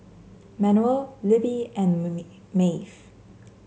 Manuel Libbie and Maeve